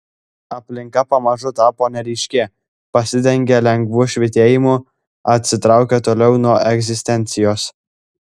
aplinka pamažu tapo neryški pasidengė lengvu švytėjimu atsitraukė toliau nuo egzistencijos